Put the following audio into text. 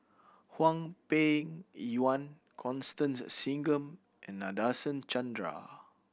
Hwang Peng Yuan Constance Singam and Nadasen Chandra